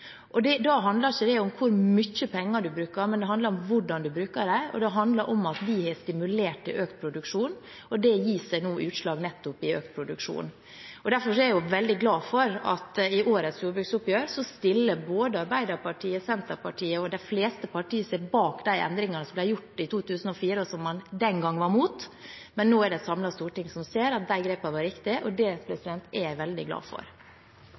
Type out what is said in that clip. Da handler ikke det om hvor mye penger en bruker, men det handler om hvordan en bruker dem. Det handler om at vi har stimulert til økt produksjon, og det gir seg nå nettopp utslag i økt produksjon. Derfor er jeg også veldig glad for at i årets jordbruksoppgjør stiller både Arbeiderpartiet, Senterpartiet og de fleste partier seg bak de endringene som ble gjort i 2004, og som man den gang var imot. Nå er det et samlet storting som ser at de grepene var riktige, og det er jeg veldig glad for.